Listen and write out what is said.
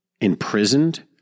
imprisoned